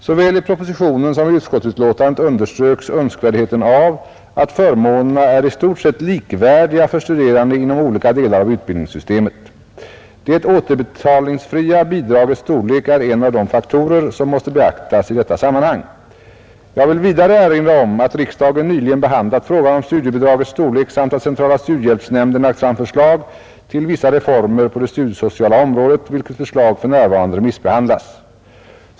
Såväl i propositionen som i utskottsutlåtandet underströks önskvärdheten av att förmånerna är i stort sett likvärdiga för studerande inom olika delar av utbildningssystemet. Det återbetalningsfria bidragets storlek är en av de faktorer som måste beaktas i detta sammanhang. Jag vill vidare erinra om att riksdagen nyligen behandlat frågan om studiebidragets storlek samt att centrala studiehjälpsnämnden lagt fram förslag till vissa reformer på det studiesociala området, vilket förslag för närvarande remissbehandlas.